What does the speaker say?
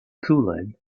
cooled